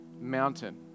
mountain